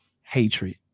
hatred